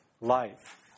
life